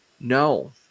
No